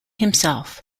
himself